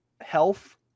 health